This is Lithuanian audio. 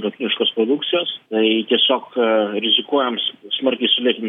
nuo kiniškos produkcijos tiesiog rizikuojam smarkiai sulė